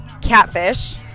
Catfish